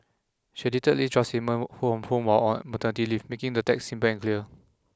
she edited Lee's on maternity leave making the text simple and clear